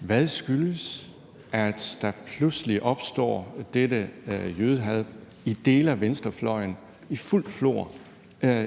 venstrefløjen pludselig opstår dette jødehad, som kan opleves i fuldt flor